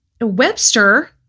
Webster